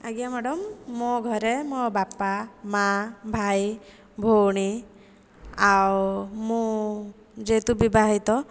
ଆଜ୍ଞା ମ୍ୟାଡ଼ାମ୍ ମୋ ଘରେ ମୋ ବାପା ମା' ଭାଇ ଭଉଣୀ ଆଉ ମୁଁ ଯେହେତୁ ବିବାହିତ